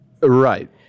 Right